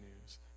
news